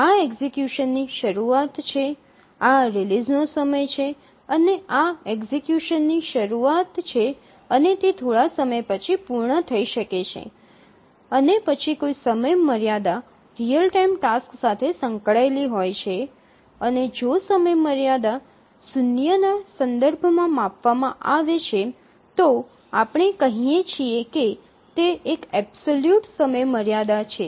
આ એક્સિકયુશનની શરૂઆત છે આ રિલીઝનો સમય છે અને આ એક્સિકયુશનની શરૂઆત છે અને તે થોડા સમય પછી પૂર્ણ થઈ શકે છે અને પછી કોઈ સમયમર્યાદા રીઅલ ટાઇમ ટાસક્સ સાથે સંકળાયેલી હોય છે અને જો સમયમર્યાદા શૂન્યના સંદર્ભમાં માપવામાં આવે છે તો આપણે કહીએ છીએ કે તે એક એબ્સોલ્યુટ સમયમર્યાદા છે